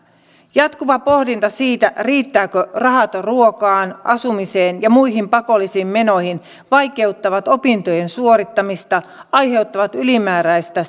jatkuva pohdinta siitä riittävätkö rahat ruokaan asumiseen ja muihin pakollisiin menoihin vaikeuttavat opintojen suorittamista aiheuttavat ylimääräistä